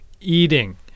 eating